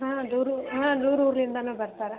ಹಾಂ ದೂರ ಊರು ಹಾಂ ದೂರ ಊರಿಂದನೂ ಬರ್ತಾರೆ